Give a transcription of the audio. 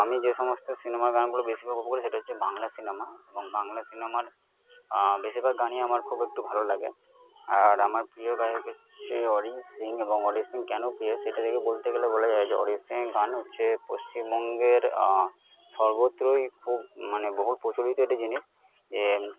আমি যেসমস্ত সিনেমার গানগুলো বেশিরভাগ উপভোগ করি সেটা হচ্ছে বাংলা সিনেমা এবং বাংলা সিনেমার বেশিরভাগ গানই আমার খুব একটু ভালো লাগে আর আমার প্রিয় গায়ক হচ্ছে অরিজিৎ সিং এবং অরিজিৎ সিং কেন প্রিয় সেটা দেখে বলতে গেলে বলা যায় যে অরিজিৎ সিংয়ের গান হচ্ছে পশ্চিমবঙ্গের সর্বত্রই খুব মানে বহুল প্রচলিত একটি জিনিস যে